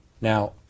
Now